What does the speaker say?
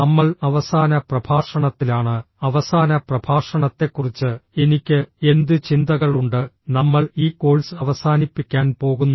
നമ്മൾ അവസാന പ്രഭാഷണത്തിലാണ് അവസാന പ്രഭാഷണത്തെക്കുറിച്ച് എനിക്ക് എന്ത് ചിന്തകളുണ്ട് നമ്മൾ ഈ കോഴ്സ് അവസാനിപ്പിക്കാൻ പോകുന്നു